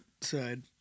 Side